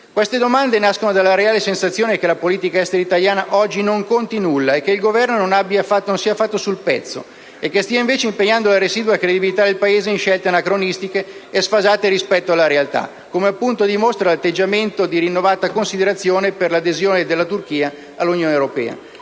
Queste domande nascono dalla reale sensazione che la politica estera italiana oggi non conti nulla e che il Governo non sia affatto «sul pezzo» e che stia invece impegnando la residua credibilità del Paese in scelte anacronistiche e sfasate rispetto alla realtà, come dimostra l'atteggiamento di rinnovata considerazione per l'adesione della Turchia all'Unione europea.